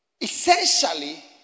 essentially